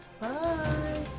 Bye